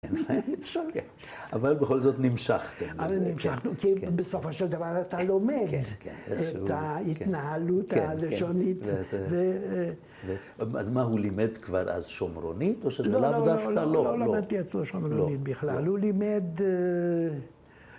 ‫אבל בכל זאת נמשכתם בזה. ‫-אבל נמשכנו, כי בסופו של דבר ‫אתה לומד את ההתנהלות הלשונית. ‫-כן, כן, כן. ‫אז מה, הוא לימד כבר אז שומרונית, ‫או שזה לאו דווקא... ‫לא למדתי עצמו שומרונית בכלל. ‫הוא לימד...